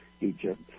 Egypt